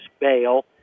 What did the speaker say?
bail